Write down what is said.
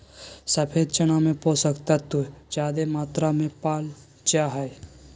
सफ़ेद चना में पोषक तत्व ज्यादे मात्रा में पाल जा हइ